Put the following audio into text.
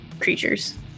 creatures